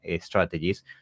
strategies